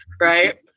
right